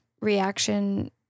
reaction